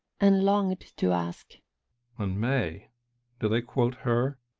and longed to ask and may do they quote her?